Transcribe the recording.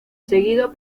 seguido